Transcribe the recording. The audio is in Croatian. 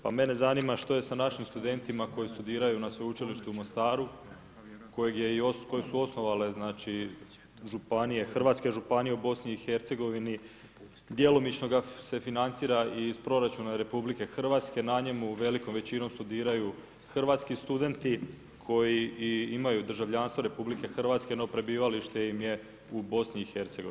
Pa mene zanima što je s našim studentima koji studiraju na sveučilištu u Mostaru, koje su osnovale županije, Hrvatske županije u BiH, djelomično ga se financira i iz proračuna RH, na njemu velikom većinom studiraju hrvatski studenti koji i imaju državljanstvo RH, no prebivalište im je u BiH.